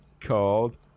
called